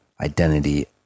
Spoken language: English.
identity